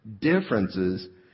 differences